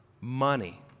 Money